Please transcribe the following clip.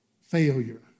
failure